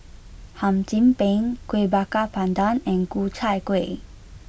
Hum Chim Peng Kueh Bakar Pandan and Ku Chai Kueh